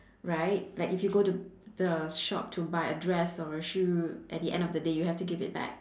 right like if you go to the shop to buy a dress or a shoe at the end of the day you have to give it back